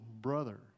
brother